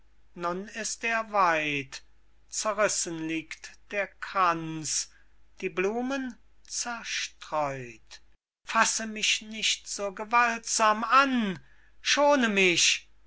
nun ist er weit zerrissen liegt der kranz die blumen zerstreut fasse mich nicht so gewaltsam an schone mich